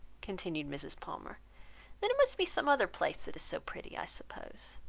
continued mrs. palmer then it must be some other place that is so pretty i suppose.